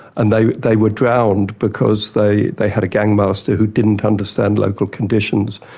and they they were drowned because they they had a gang master who didn't understand local conditions,